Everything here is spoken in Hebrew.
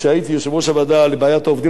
כשהייתי יושב-ראש הוועדה לבעיית העובדים